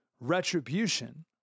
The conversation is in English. Retribution